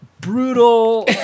brutal